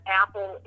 apple